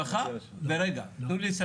חבר הכנסת קרעי, זכות הדיבור של קרעי, לא להפריע.